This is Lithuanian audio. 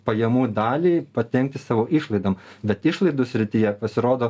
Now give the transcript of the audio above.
pajamų dalį padengti savo išlaidom bet išlaidų srityje pasirodo